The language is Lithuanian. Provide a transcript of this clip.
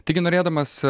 taigi norėdamas